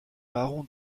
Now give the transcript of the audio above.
marron